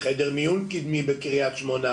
חדר מיון קדמי בקרית שמונה